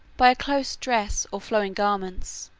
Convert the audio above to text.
by a close dress or flowing garments,